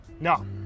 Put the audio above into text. No